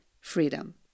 freedom